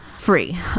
free